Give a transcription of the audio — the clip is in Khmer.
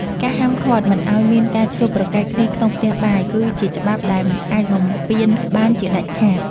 ការហាមឃាត់មិនឱ្យមានការឈ្លោះប្រកែកគ្នាក្នុងផ្ទះបាយគឺ ជាច្បាប់ដែលមិនអាចបំពានបានជាដាច់ខាត។